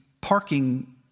parking